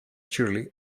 shirley